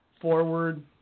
forward